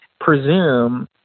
presume